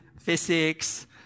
physics